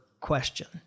question